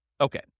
Okay